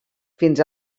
fins